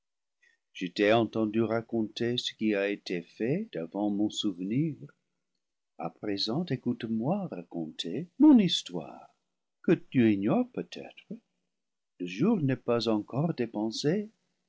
je t'ai entendu raconter ce qui a été fait avant mon souve nir à présent écoute-moi raconter mon histoire que tu ignores peut-être le jour n'est pas encore dépensé